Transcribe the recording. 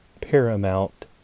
paramount